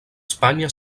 espanya